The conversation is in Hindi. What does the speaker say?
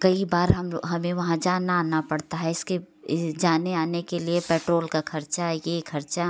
कई बार हम हमें वहाँ जाना आना पड़ता है इसके इसी जाने आने के लिए पेट्रोल का खर्चा यह खर्चा